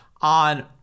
on